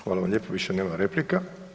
Hvala vam lijepo, više nema replika.